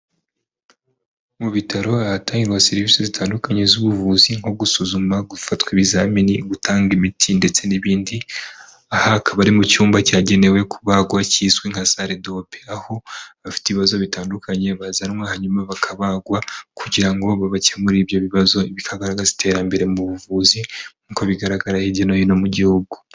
Mu bitaro ahatangirwagwa serivisi zitandukanye z'ubuvuzi nko gusuzuma, gufatwa ibizamini, gutanga imiti, ndetse n'ibindi. Aha akaba ari mu cyumba cyagenewe kubagwa cyizwi nka sale dope, aho abafite ibibazo bitandukanye bazanwa hanyuma bakabagwa kugira ngo babakemure ibyo bibazo bikagaragaza iterambere mu buvuzi nk'uko bigaragara hirya no hino mu gihugu.